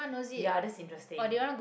ya that's interesting